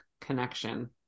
connection